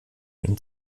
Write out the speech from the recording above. ihn